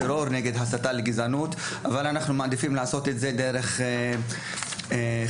אבל אנחנו מעדיפים לעשות את זה דרך חינוך לחיים משותפים בבתי הספר,